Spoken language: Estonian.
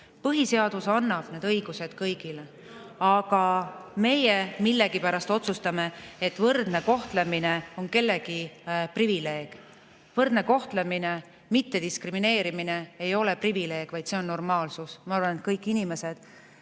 Põhiseadus annab need õigused kõigile, aga meie millegipärast otsustame, et võrdne kohtlemine on kellegi privileeg. Võrdne kohtlemine, mittediskrimineerimine ei ole privileeg, vaid see on normaalsus. Ma arvan, et kõik inimesed